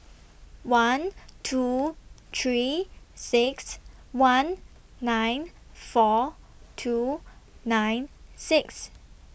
one two three six one nine four two nine six